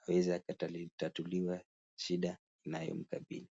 awaze akatatuliwe shida inayo mkabidhii.